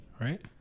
right